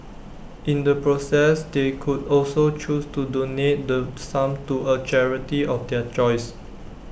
in the process they could also choose to donate the sum to A charity of their choice